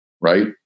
right